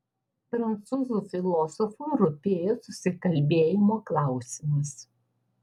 prancūzų filosofui rūpėjo susikalbėjimo klausimas